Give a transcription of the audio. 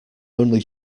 only